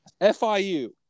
FIU